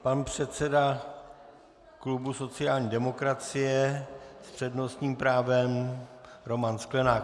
Pan předseda klubu sociální demokracie s přednostním právem Roman Sklenák.